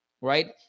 Right